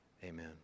Amen